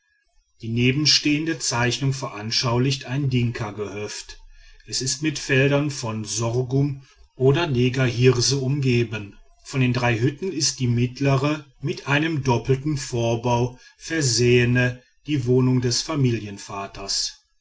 die nebenstehende zeichnung veranschaulicht ein dinkagehöft es ist mit feldern von sorghum oder negerhirse umgeben von den drei hütten ist die mittlere mit einem doppelten vorbau versehene die wohnung des familienvaters